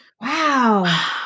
Wow